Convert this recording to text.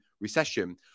recession